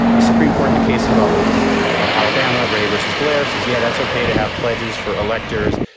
the supreme court in the case of of alabama, rae versus. blair says, yeah, that's ok to have pledges for electors.